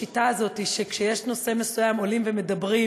השם יברך